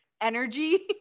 energy